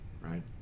right